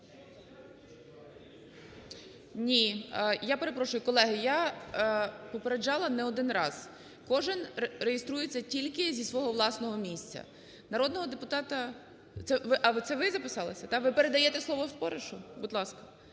Ні, я перепрошую, колеги. Я попереджала не один раз: кожен реєструється тільки зі свого власного місця. Народного депутата... А це ви записалися, да? Ви передаєте слово Споришу? Будь ласка.